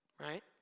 right